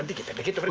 and can dedicate